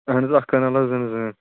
اہن حظ اکھ کَنال حظ